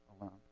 alone